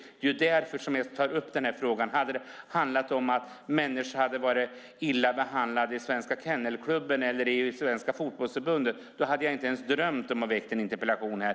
Det är därför jag tar upp frågan. Hade det handlat om att människor blev illa behandlade i Svenska Kennelklubben eller i Svenska Fotbollförbundet hade jag inte ens drömt om att väcka en interpellation här.